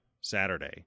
Saturday